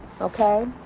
okay